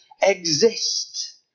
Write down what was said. exist